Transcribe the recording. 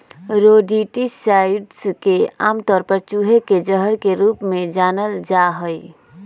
rodenticides के आमतौर पर चूहे के जहर के रूप में जानल जा हई